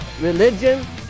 religion